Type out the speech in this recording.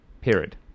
period